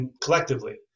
collectively